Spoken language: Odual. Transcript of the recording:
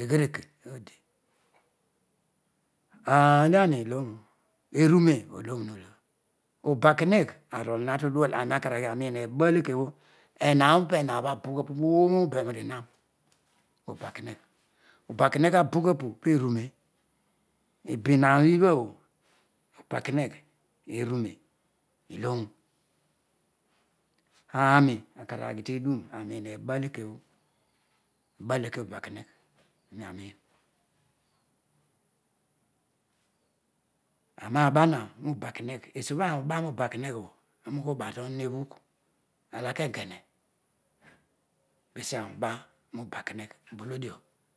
eghereke odi erubhe oloruholo obakeheyh arol ha todual arol akaar aghi aroiin eba alikebho enaro opobh pehaan roobho abuhj apu opuo mairoiri man obakehegh oba kehegh abighaph po erubhe ibihar ibhabho obakeinery erubhe llorou aaro, akaraghi tedun aroiin ebalike bho eba like obakenegh areiaroiin aaroa bana roobakenegh esoobho ani uba roba keheyh obho aro, ughi uba tohoh ebhugh talaka engene penaro, uba nobakenegh bolodio